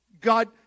God